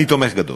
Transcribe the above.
אני תומך גדול.